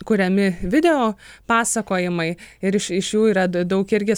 kuriami video pasakojimai ir iš iš jų yra daug irgi